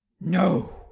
No